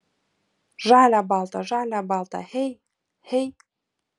žalia balta žalia balta hey hey